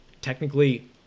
technically